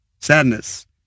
sadness